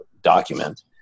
document